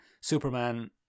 Superman